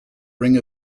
ring